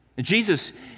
Jesus